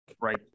right